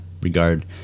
regard